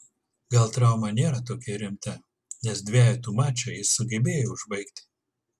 gal trauma nėra tokia rimta nes dvejetų mačą jis sugebėjo užbaigti